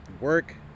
work